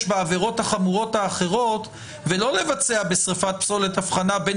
בעבירות החמורות האחרות ולא לבצע בשריפת פסולת אבחנה בין